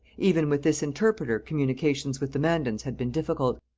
even with this interpreter communications with the mandans had been difficult.